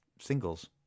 singles